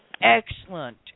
excellent